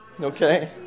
Okay